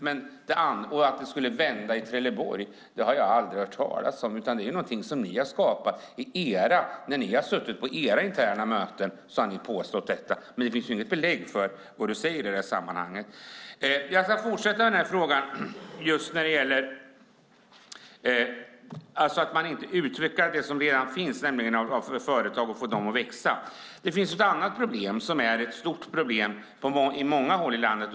Att kapital skulle vända i Trelleborg har jag aldrig hört talas om, utan det är någonting som ni har skapat när ni har suttit på era interna möten. Men det finns inget belägg för det. Jag ska fortsätta med detta att man inte utvecklar det som finns, nämligen företagen, och få dem att växa. Det finns ett annat stort problem på många håll i landet.